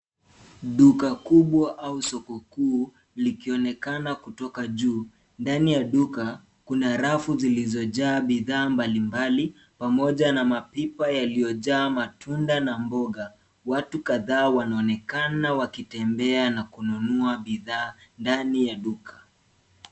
Duka kubwa au soko kuu likionekana kutoka juu. Ndani ya duka kuna rafu zilizojaa bidhaa mbalimbali pamoja na mapipa yaliyojaa matunda na mboga. Watu kadhaa wanaonekana wakitembea na kununua bidhaa ndani ya duka.